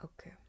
Okay